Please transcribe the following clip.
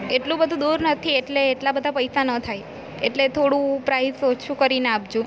એટલું બધું દૂર નથી એટલે એટલા બધા પૈસા ન થાય એટલે થોડું પ્રાઈઝ ઓછું કરીને આપજો